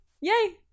Yay